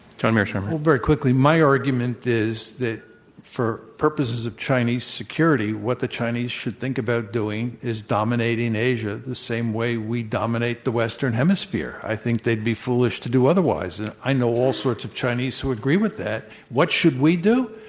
john mearsheimer. well, very quickly, my argument is that for purposes of chinese security, what the chinese should think about doing is dominating asia the same way we dominate the western hemisphere. i think they'd be foolish to do otherwise. and i know all sorts of chinese who agree with what should we do?